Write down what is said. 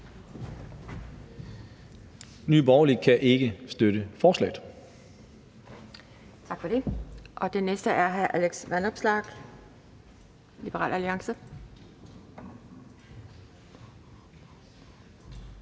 Nye Borgerlige kan ikke støtte forslaget.